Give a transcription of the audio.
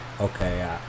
okay